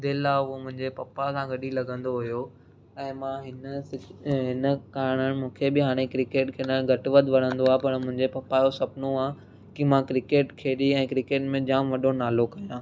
दिलि आहे उहो मुंहिंजे पप्पा सां गॾु ई लॻंदो हुयो ऐं मां हिन हिन कारण मूंखे बि हाणे क्रिकेट खेॾण घटि वधि वणंदो आहे पर मुंहिंजे पप्पा जो सपनो आहे की मां क्रिकेट खेॾी ऐं क्रिकेट में जाम वॾो नालो कयां